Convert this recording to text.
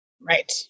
Right